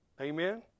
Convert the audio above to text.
Amen